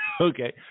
okay